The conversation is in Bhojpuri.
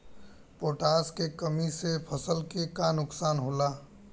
पोटाश के कमी से फसल के का नुकसान होला?